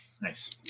Nice